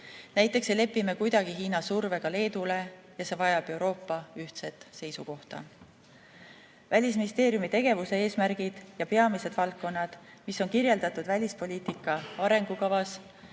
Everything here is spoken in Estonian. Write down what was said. Näiteks ei lepi me kuidagi Hiina survega Leedule ja see vajab Euroopa ühtset seisukohta. Välisministeeriumi tegevuse eesmärgid ja peamised valdkonnad, mis on kirjeldatud välispoliitika arengukavas,